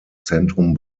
zentrum